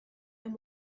and